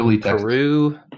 peru